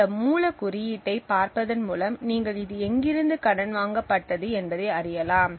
இந்த மூல குறியீட்டை பார்ப்பதன் மூலம் நீங்கள் இது எங்கிருந்து கடன் வாங்கப்பட்டது என்பதை அறியலாம்